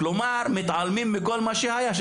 כלומר מתעלמים מכל מה שהיה,